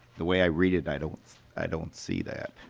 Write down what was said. the way i read it i don't i don't see that.